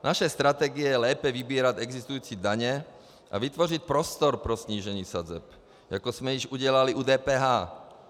Naše strategie je lépe vybírat existující daně a vytvořit prostor pro snížení sazeb, jako jsme již udělali u DPH.